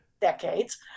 decades